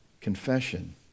confession